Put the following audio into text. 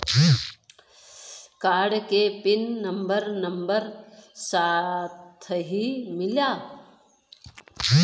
Card के PIN number number साथही मिला?